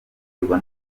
uterwa